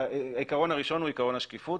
העיקרון הראשון הוא עיקרון השקיפות.